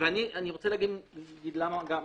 אם הייתי יודעת שיש מחלוקת, היינו מבקשים גם